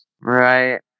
Right